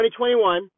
2021